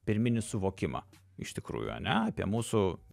pirminį suvokimą iš tikrųjų ane apie mūsų